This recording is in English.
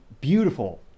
beautiful